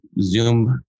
zoom